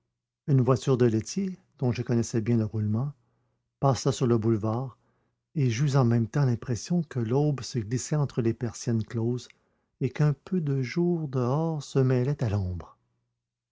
une voiture de laitier dont je connaissais bien le roulement passa sur le boulevard et j'eus en même temps l'impression que l'aube se glissait entre les persiennes closes et qu'un peu de jour dehors se mêlait à l'ombre